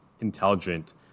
intelligent